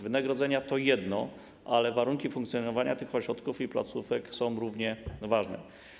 Wynagrodzenia to jedno, ale warunki funkcjonowania tych ośrodków i placówek są równie ważne.